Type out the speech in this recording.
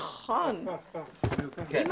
מפחיד.